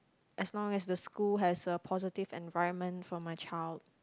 as long as the school has a positive environment for my child